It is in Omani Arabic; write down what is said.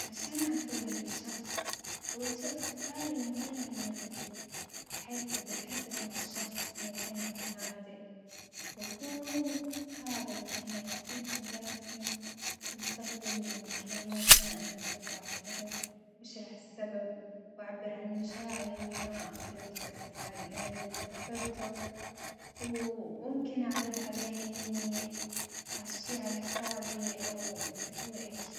عشان أعتذر لشخص أول شي أختار المكان المناسب حيث أبغي أتحدث مع الشخص في مكان يكون هادئ وأكون صادق يعني أعترف بغلطي وأستخدم كلمات أنا آسف وأعتذر وأشرح السبب وأعبر عن مشاعري إني ما أقدر وأتأسف عن الألم اللي سببته و وممكن أعرض عليه إني أعشيه على حسابي أوي أسوي إشي.